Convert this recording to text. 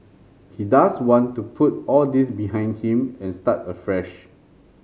he does want to put all this behind him and start afresh